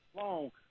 long